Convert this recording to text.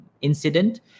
incident